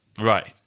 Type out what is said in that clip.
Right